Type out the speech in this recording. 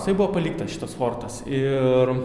jisai buvo paliktas šitas fortas ir